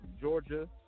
Georgia